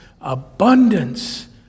abundance